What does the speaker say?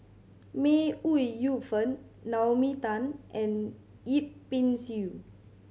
May Ooi Yu Fen Naomi Tan and Yip Pin Xiu